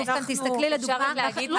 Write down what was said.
תסתכלי לדוגמא -- לא,